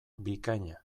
bikaina